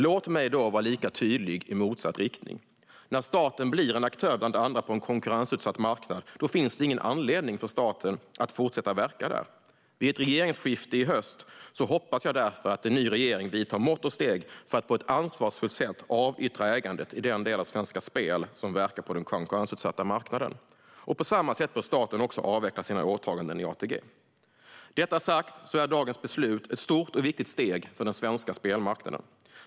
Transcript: Låt mig vara lika tydlig i motsatt riktning: När staten blir en aktör bland andra på en konkurrensutsatt marknad finns det ingen anledning för staten att fortsätta verka där. Vid ett regeringsskifte i höst hoppas jag därför att en ny regering vidtar mått och steg för att på ett ansvarsfullt sätt avyttra ägandet i den del av Svenska Spel som verkar på den konkurrensutsatta marknaden. På samma sätt bör staten avveckla sina åtaganden i ATG. Med detta sagt är dagens beslut ett stort och viktigt steg för den svenska spelmarknaden.